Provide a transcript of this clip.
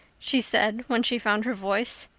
she said when she found her voice.